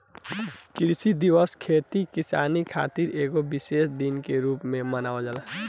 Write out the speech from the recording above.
कृषि दिवस खेती किसानी खातिर एगो विशेष दिन के रूप में मनावल जाला